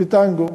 "פיטנגו".